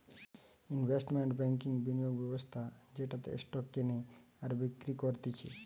investment ব্যাংকিংবিনিয়োগ ব্যবস্থা যেটাতে স্টক কেনে আর বিক্রি করতিছে